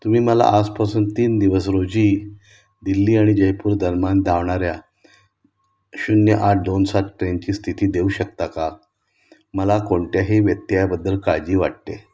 तुम्ही मला आजपासून तीन दिवस रोजी दिल्ली आणि जयपूर दरम्यान धावणाऱ्या शून्य आठ दोन सात ट्रेनची स्थिती देऊ शकता का मला कोणत्याही व्यत्ययाबद्दल काळजी वाटते